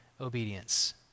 obedience